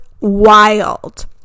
Wild